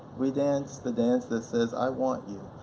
we danced the dance that says i want you,